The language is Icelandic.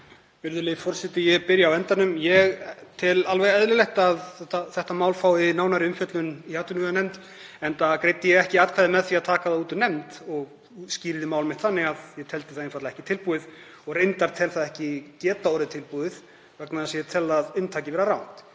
Virðulegi forseti. Ég byrja á endanum. Ég tel alveg eðlilegt að þetta mál fái nánari umfjöllun í atvinnuveganefnd enda greiddi ég ekki atkvæði með því að taka það út úr nefnd og útskýrði mál mitt þannig að ég teldi það einfaldlega ekki tilbúið og reyndar tel ég það ekki geta orðið tilbúið vegna þess að ég tel að inntakið sé rangt.